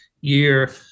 year